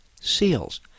seals